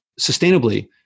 sustainably